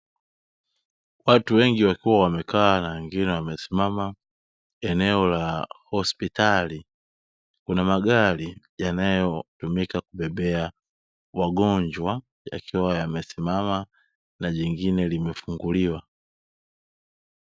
Watu wengi walikuwa wamekaa na wengine wamesimama eneo la hospitali, kuna magari yanayotumika kubebea wagonjwa yakiwa yamesimama na jingine limefunguliwa.